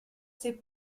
ses